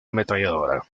ametralladora